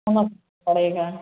जमा पड़ेगा